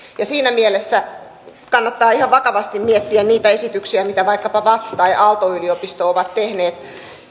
siinä mielessä kannattaa ihan vakavasti miettiä niitä esityksiä mitä vaikkapa vatt tai aalto yliopisto ovat tehneet